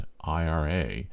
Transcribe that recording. IRA